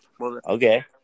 Okay